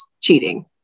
cheating